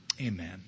amen